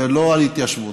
ולא על התיישבות.